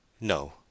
No